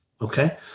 okay